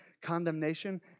condemnation